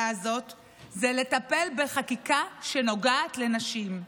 הזאת הוא לטפל בחקיקה שנוגעת לנשים.